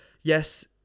yes